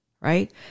right